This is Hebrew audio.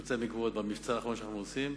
בשיפוצי המקוואות, במבצע האחרון שאנחנו עושים.